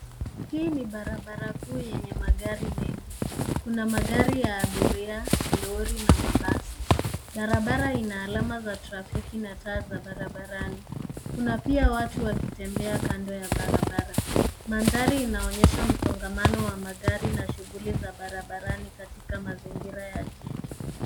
Hii ni barabara kuu yenye magari mengi. Kuna magari ya abiria, lori na mabasi. Barabara ina alama za trafiki na taa za barabarani. Kuna pia watu wakitembea kando ya barabara. Mandhari inaonyesha msongamano wa magari na shughuli za barabarani katika mazingira ya jiji.